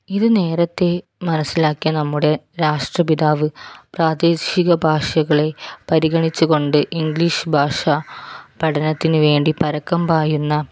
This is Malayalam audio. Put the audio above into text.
ഇത് നേരത്തെ മനസ്സിലാക്കിയ നമ്മുടെ രാഷ്ട്രപിതാവ് പ്രാദേശിക ഭാഷകളെ പരിഗണിച്ചുകൊണ്ട് ഇംഗ്ലീഷ് ഭാഷ പഠനത്തിനു വേണ്ടി പരക്കം പായുന്ന